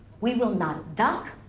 we will not duck,